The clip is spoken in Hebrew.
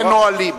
אין נהלים.